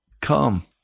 come